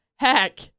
Heck